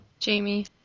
Jamie